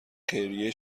خیریه